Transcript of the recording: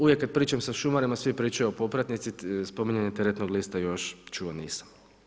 Uvijek kad pričam sa šumarima, svi pričaju o popratnici, spominjanje teretnog lista još čuo nisam.